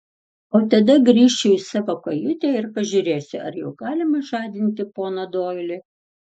o tada grįšiu į savo kajutę ir pažiūrėsiu ar jau galima žadinti poną doilį